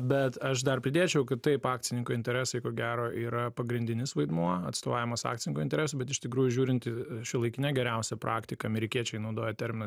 bet aš dar pridėčiau kad taip akcininko interesai ko gero yra pagrindinis vaidmuo atstovavimas akcininko interesui bet iš tikrųjų žiūrint į šiuolaikinę geriausią praktiką amerikiečiai naudoja terminą